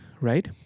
right